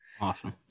Awesome